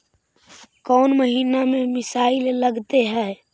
कौन महीना में मिसाइल लगते हैं?